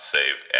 Save